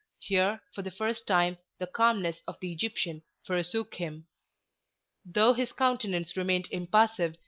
here, for the first time, the calmness of the egyptian forsook him though his countenance remained impassive,